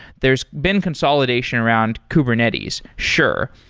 there's been consolidation around kubernetes, sure.